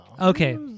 Okay